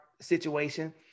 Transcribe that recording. situation